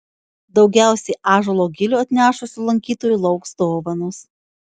daugiausiai ąžuolo gilių atnešusių lankytojų lauks dovanos